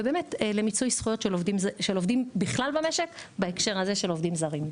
ולמיצוי זכויות של עובדים בכלל במשק בהקשר הזה של עובדים זרים.